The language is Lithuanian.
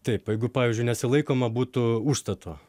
taip jeigu pavyzdžiui nesilaikoma būtų užstato